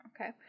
Okay